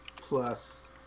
plus